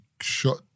shot